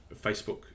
Facebook